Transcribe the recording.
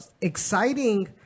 exciting